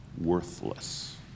worthless